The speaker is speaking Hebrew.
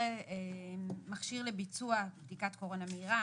מכשיר לביצוע בדיקת קורונה מהירה.